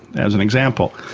as an example,